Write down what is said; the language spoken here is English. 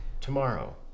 tomorrow